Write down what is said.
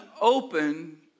open